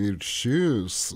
ir šis